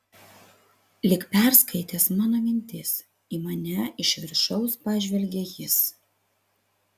lyg perskaitęs mano mintis į mane iš viršaus pažvelgė jis